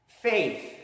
Faith